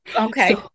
Okay